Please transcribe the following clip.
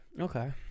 Okay